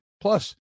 Plus